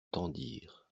tendirent